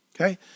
okay